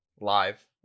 live